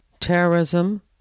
terrorism